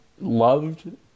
Loved